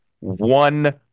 one